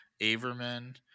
Averman